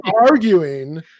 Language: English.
arguing –